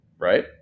right